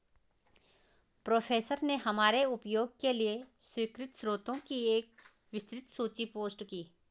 professor ने हमारे उपयोग के लिए स्वीकृत स्रोतों की एक विस्तृत सूची पोस्ट की